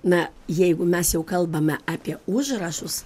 na jeigu mes jau kalbame apie užrašus